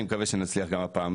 אני מקווה שנצליח גם הפעם,